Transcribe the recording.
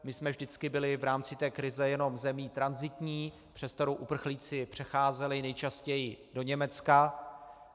My jsme vždycky byli v rámci té krize jenom zemí tranzitní, přes kterou uprchlíci přecházeli, nejčastěji do Německa.